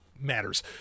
matters